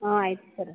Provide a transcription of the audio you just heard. ಹಾಂ ಆಯ್ತು ಸರ